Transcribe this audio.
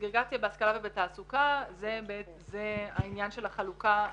סגרגציה בהשכלה ובתעסוקה זה העניין של החלוקה למקצועות,